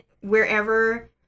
wherever